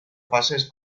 fases